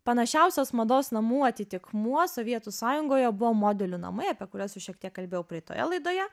panašiausios mados namų atitikmuo sovietų sąjungoje buvo modelių namai apie kurias jau šiek tiek kalbėjau praeitoje laidoje